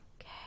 Okay